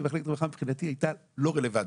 ומחלקת הרווחה מבחינתי הייתה לא רלוונטית.